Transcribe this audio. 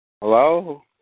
Hello